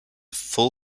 fully